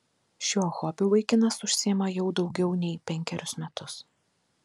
šiuo hobiu vaikinas užsiima jau daugiau nei penkerius metus